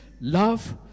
love